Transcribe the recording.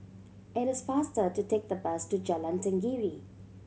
it is faster to take the bus to Jalan Tenggiri